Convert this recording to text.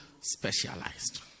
specialized